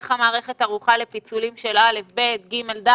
איך המערכת ערוכה לפיצולים של א'-ד'